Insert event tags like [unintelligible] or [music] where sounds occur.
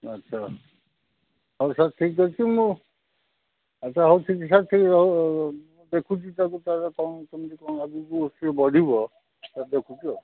ଆଚ୍ଛା ହଉ ସାର୍ ଠିକ୍ ଅଛି ମୁଁ ଆଚ୍ଛା ହଉ [unintelligible] ଦେଖୁଛି ତାକୁ ତା'ର କ'ଣ କେମିତି କ'ଣ ଆଗକୁ ସିଏ ବଢ଼ିବ [unintelligible] ଦେଖୁଛୁ ଆଉ